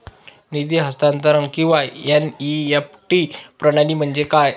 निधी हस्तांतरण किंवा एन.ई.एफ.टी प्रणाली म्हणजे काय?